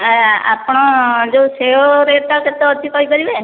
ଆପଣ ଯେଉଁ ସେଓ ରେଟ୍ ଟା କେତେ ଅଛି କହିପାରିବେ